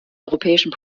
europäischen